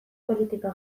politika